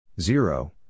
Zero